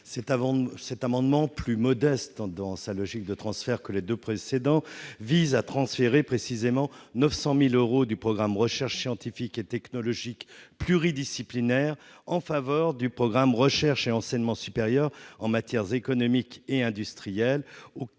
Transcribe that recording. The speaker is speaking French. Cet amendement, plus modeste dans sa logique de transfert que les deux précédents, vise à transférer 900 000 euros du programme « Recherches scientifiques et technologiques pluridisciplinaires » vers le programme « Recherche et enseignement supérieur en matière économique et industrielle